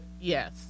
Yes